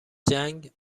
جنگ